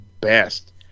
best